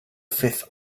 fifth